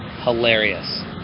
hilarious